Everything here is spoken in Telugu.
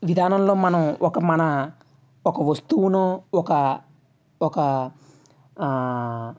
విధానంలో మనం ఒక మన ఒక వస్తువును ఒక ఒక